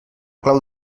clau